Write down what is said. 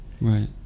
right